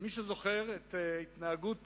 מי שזוכר את התנהגות